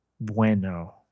Bueno